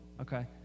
okay